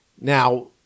Now